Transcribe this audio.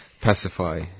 pacify